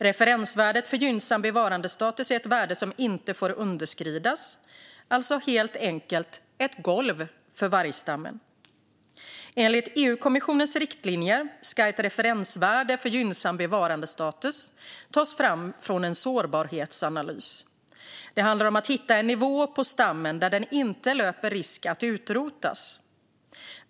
Referensvärdet för gynnsam bevarandestatus är ett värde som inte får underskridas, alltså helt enkelt ett golv för vargstammen. Enligt EU-kommissionens riktlinjer ska ett referensvärde för gynnsam bevarandestatus tas fram från en sårbarhetsanalys. Det handlar om att hitta en nivå på stammen där den inte löper risk att utrotas.